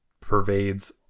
pervades